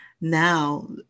now